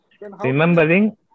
Remembering